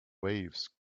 waves